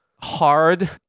hard